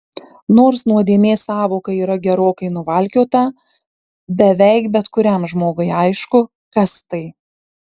nors nuodėmės sąvoka yra gerokai nuvalkiota beveik bet kuriam žmogui aišku kas tai